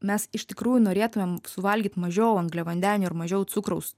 mes iš tikrųjų norėtumėm suvalgyt mažiau angliavandenių ir mažiau cukraus